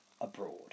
abroad